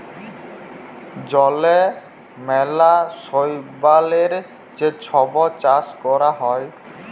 জলে ম্যালা শৈবালের যে ছব চাষ ক্যরা হ্যয়